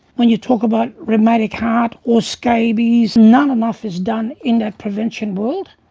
when you talk about rheumatic heart or scabies, not enough is done in that prevention world.